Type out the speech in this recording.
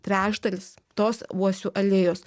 trečdalis tos uosių alėjos